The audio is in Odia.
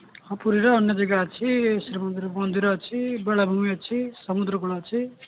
ହଁ ପୁରୀରେ ଅନ୍ୟ ଯାଗା ଅଛି ଶ୍ରୀମନ୍ଦିର ମନ୍ଦିର ଅଛି ବେଳାଭୂମି ଅଛି ସମୁଦ୍ର କୂଳ ଅଛି